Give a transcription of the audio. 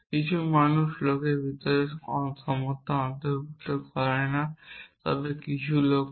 কিছু লোক ভাষার ভিতরে সমতা অন্তর্ভুক্ত করে না তবে কিছু লোক করে